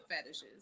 fetishes